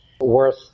worth